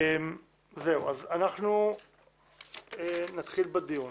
אז אנחנו נתחיל בדיון.